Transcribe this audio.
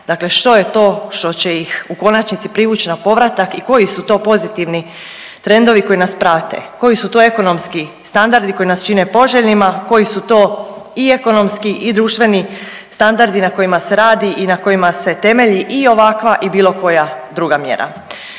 Dakle, što je to što će ih u konačnici privući na povratak i koji su to pozitivni trendovi koji nas prate? Koji su to ekonomski standardi koji nas čine poželjnima? Koji su to i ekonomski i društveni standardi na kojima se radi i na kojima se temelji i ovakva i bilo koja druga mjera?